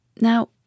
Now